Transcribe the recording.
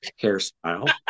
hairstyle